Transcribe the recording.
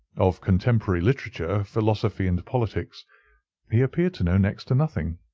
of contemporary literature, philosophy and politics he appeared to know next to nothing.